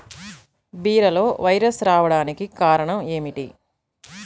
బీరలో వైరస్ రావడానికి కారణం ఏమిటి?